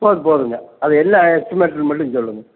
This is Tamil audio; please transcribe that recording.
போதும் போதும்ங்க அது என்ன எஸ்டிமேஷன் மட்டும் சொல்லுங்கள்